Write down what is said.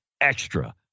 Extra